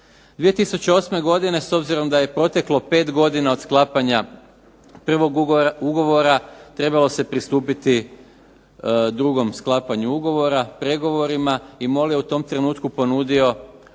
2008. godine s obzirom da je proteklo 5 godina od sklapanja prvog ugovora, trebalo se pristupiti drugom sklapanju ugovora pregovorima i MOL je u tom trenutku ponudio hrvatskim